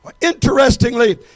Interestingly